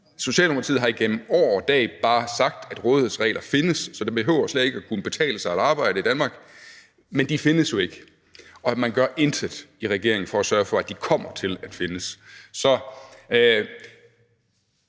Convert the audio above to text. Socialdemokratiet har igennem år og dag bare sagt, at rådighedsregler findes. Så det behøver slet ikke at kunne betale sig at arbejde i Danmark. Men de findes jo ikke, og man gør intet i regeringen for at sørge for, at de kommer til at findes.